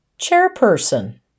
Chairperson